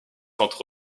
entre